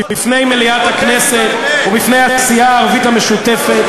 בפני מליאת הכנסת ובפני הסיעה הערבית המשותפת,